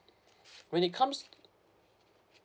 when it comes